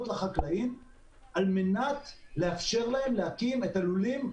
לחקלאים על מנת לאפשר להם להקים את הלולים המשודרגים.